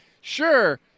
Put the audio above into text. sure